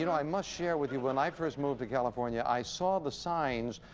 you know i must share with you. when i first moved to california, i saw the signs,